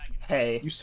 Hey